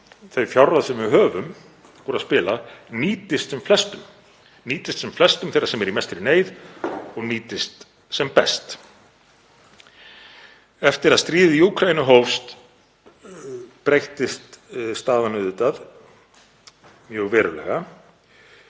þau fjárráð sem við höfum úr að spila nýtist sem flestum sem eru í mestri neyð og nýtist sem best. Eftir að stríðið í Úkraínu hófst breyttist staðan auðvitað mjög verulega.